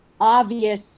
obvious